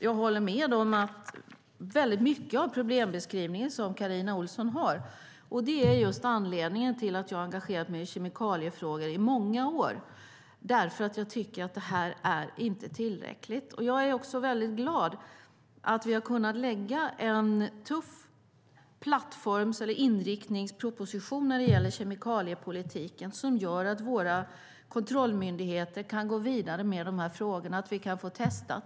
Jag håller med om mycket av Carina Ohlssons problembeskrivning. Anledningen till att jag har engagerat mig i kemikaliefrågor i många år är att jag tycker att det här inte är tillräckligt. Jag är också glad över att vi har kunnat lägga en tuff plattform eller inriktningsproposition när det gäller kemikaliepolitiken som gör att våra kontrollmyndigheter kan gå vidare med de här frågorna, så att vi kan testa.